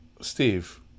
Steve